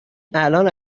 الان